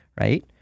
right